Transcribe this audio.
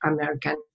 American